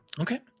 Okay